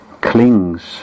clings